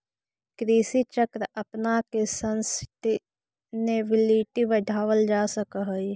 कृषि चक्र अपनाके सस्टेनेबिलिटी बढ़ावल जा सकऽ हइ